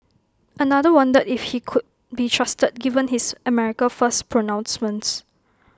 another wondered if he could be trusted given his America First pronouncements